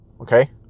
okay